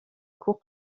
cour